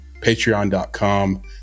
patreon.com